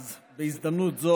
אז בהזדמנות זו,